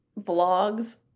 vlogs